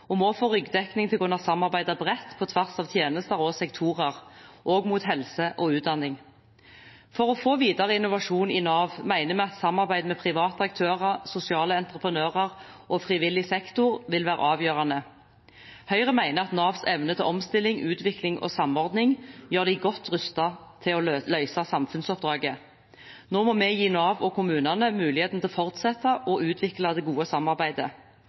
og må få ryggdekning til å kunne samarbeide bredt på tvers av tjenester og sektorer, også mot helse og utdanning. For å få videre innovasjon i Nav mener vi at samarbeid med private aktører, sosiale entreprenører og frivillig sektor vil være avgjørende. Høyre mener at Navs evne til omstilling, utvikling og samordning gjør dem godt rustet til å løse samfunnsoppdraget. Nå må vi gi Nav og kommunene muligheten til å fortsette og utvikle det gode samarbeidet.